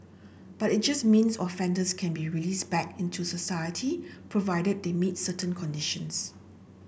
but it just means offenders can be released back into society provided they meet certain conditions